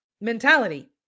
mentality